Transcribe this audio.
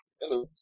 Hello